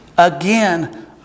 Again